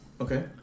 Okay